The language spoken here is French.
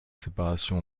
séparation